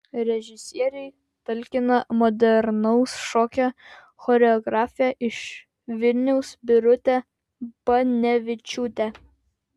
režisieriui talkina modernaus šokio choreografė iš vilniaus birutė banevičiūtė